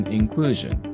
inclusion